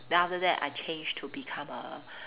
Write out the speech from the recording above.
then after that I changed to become a